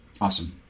Awesome